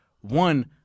one